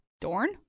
Dorn